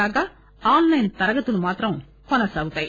కాగా ఆస్ లైస్ తరగతులు మాత్రం కొనసాగుతాయి